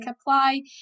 apply